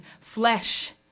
flesh